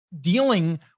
dealing